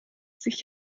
sich